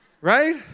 right